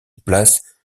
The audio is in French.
place